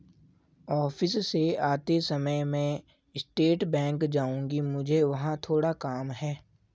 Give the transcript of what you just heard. office से आते समय मैं स्टेट बैंक जाऊँगी, मुझे वहाँ थोड़ा काम है